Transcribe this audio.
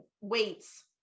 weights